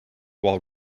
while